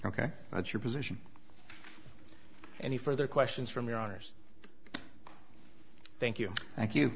ok that's your position any further questions from your honour's thank you thank you